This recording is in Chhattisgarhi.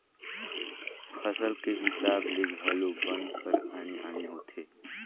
फसल के हिसाब ले घलो बन हर आने आने होथे